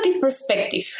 perspective